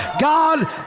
God